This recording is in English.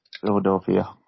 Philadelphia